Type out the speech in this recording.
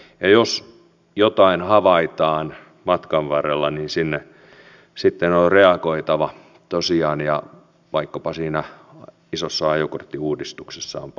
jos jotain havaitaan matkan varrella niin sitten on reagoitava tosiaan ja vaikkapa siinä isossa ajokorttiuudistuksessa on palattava asiaan